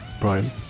Brian